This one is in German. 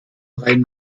rhein